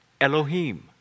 Elohim